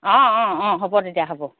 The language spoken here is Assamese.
অঁ অঁ অঁ হ'ব তেতিয়া হ'ব